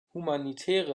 humanitäre